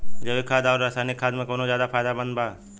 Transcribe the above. जैविक खाद आउर रसायनिक खाद मे कौन ज्यादा फायदेमंद बा?